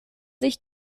sich